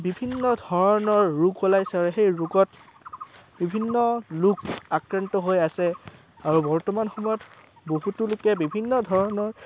বিভিন্ন ধৰণৰ ৰোগ ওলাইছে আৰু সেই ৰোগত বিভিন্ন লোক আক্ৰান্ত হৈ আছে আৰু বৰ্তমান সময়ত বহুতো লোকে বিভিন্ন ধৰণৰ